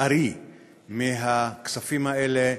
הארי מהכספים האלה,